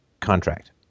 contract